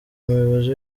umuyobozi